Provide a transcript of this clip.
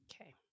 Okay